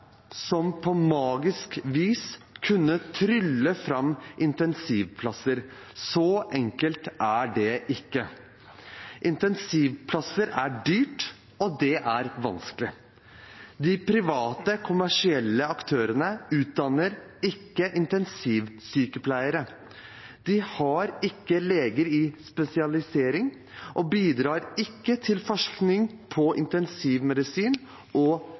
som på magisk vis kunne trylle fram intensivplasser. Så enkelt er det ikke. Intensivplasser er dyre, og det er vanskelig. De private kommersielle aktørene utdanner ikke intensivsykepleiere. De har ikke leger i spesialisering og bidrar ikke til forskning på intensivmedisin og